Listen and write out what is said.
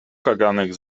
kaganek